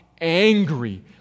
angry